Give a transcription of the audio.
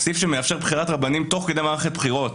סעיף שמאפשר בחירת רבנים תוך כדי מערכת בחירות